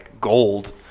gold